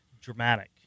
dramatic